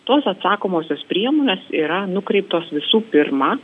tos atsakomosios priemonės yra nukreiptos visų pirma